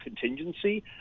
contingency